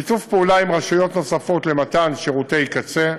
שיתוף פעולה עם רשויות נוספות למתן שירותי קצה,